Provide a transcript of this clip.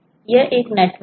यह एक नेटवर्क है